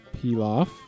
pilaf